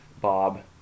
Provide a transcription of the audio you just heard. Bob